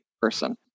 person